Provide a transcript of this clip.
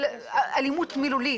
אלימות מילולית,